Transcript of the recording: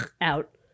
out